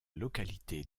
localité